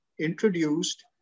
introduced